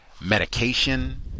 medication